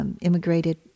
immigrated